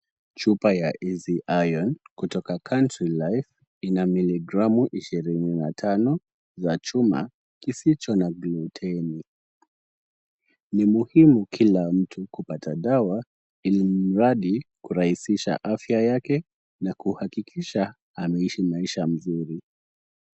Chupa ya easy iron kutoka country life ina miligramu ishirini na tano za chuma kisicho na gluteni .Ni muhimu kila mtu kupata dawa ilimradi kurahisisha afya yake na kuhakikisha ameishi maisha mzuri.